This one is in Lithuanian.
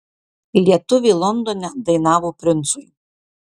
lietuvė londone dainavo princui